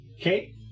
Okay